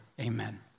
Amen